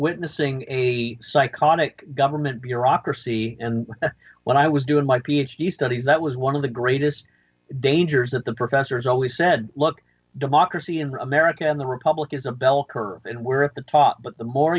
witnessing a psychotic government bureaucracy and when i was doing my ph d studies that was one of the greatest dangers of the professors always said look democracy in america in the republic is a bell curve and we're at the top but the more